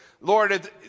Lord